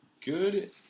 good